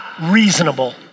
reasonable